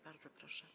Bardzo proszę.